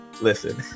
Listen